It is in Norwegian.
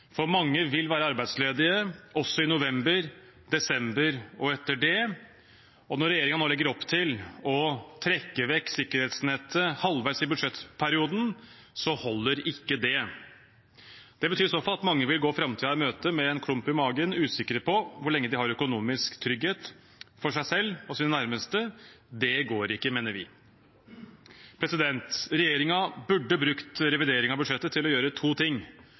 for mange vil være arbeidsledige også i november, desember og etter det. Og når regjeringen nå legger opp til å trekke vekk sikkerhetsnettet halvveis i budsjettperioden, holder ikke det. Det betyr i så fall at mange vil gå framtiden i møte med en klump i magen, usikre på hvor lenge de har økonomisk trygghet for seg selv og sine nærmeste. Det går ikke, mener vi. Regjeringen burde brukt revidering av budsjettet til å gjøre to ting,